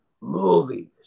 movies